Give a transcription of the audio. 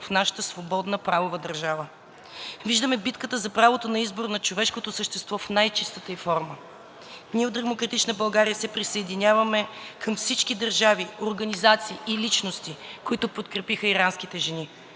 в нашата свободна правова държава. Виждаме битката за правото на избор на човешкото същество в най-чистата ѝ форма. Ние от „Демократична България“ се присъединяваме към всички държави, организации и личности, които подкрепиха иранските жени.